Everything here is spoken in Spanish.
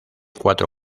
cuatro